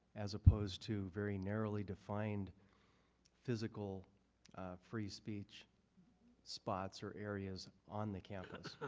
as opposed to very narrowly defining physical free-speech spots or areas on the campus.